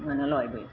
মানে লয় গৈ